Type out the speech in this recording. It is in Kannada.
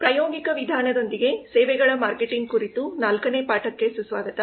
ಪ್ರಾಯೋಗಿಕ ವಿಧಾನದೊಂದಿಗೆ ಸೇವೆಗಳ ಮಾರ್ಕೆಟಿಂಗ್ ಕುರಿತು 4 ನೇ ಪಾಠಕ್ಕೆ ಸುಸ್ವಾಗತ